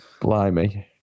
Blimey